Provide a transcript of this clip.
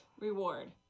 reward